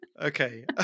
Okay